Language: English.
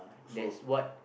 so